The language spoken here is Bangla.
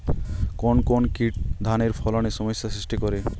কোন কোন কীট ধানের ফলনে সমস্যা সৃষ্টি করে?